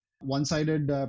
One-sided